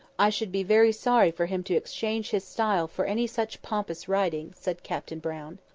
i should be very sorry for him to exchange his style for any such pompous writing, said captain brown.